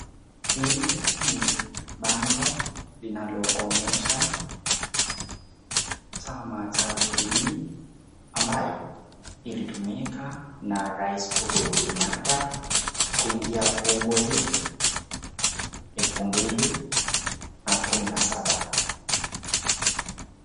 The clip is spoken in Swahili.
Hili ni bango linaloonyesha chama cha jubilee ambayo ilitumika na rais Uhuru Kenyatta kuingia uongozini, elfu mbili kumi na saba.